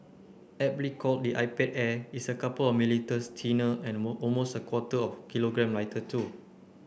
aptly called the iPad Air it's a couple of millimetres thinner and almost a quarter of kilogram lighter too